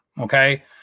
okay